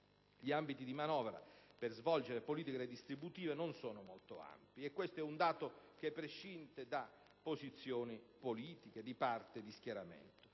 gli ambiti di manovra per svolgere politiche redistributive non sono molto ampi, e questo è un dato che prescinde da qualsiasi valutazione politica, di parte o di schieramento.